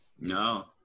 no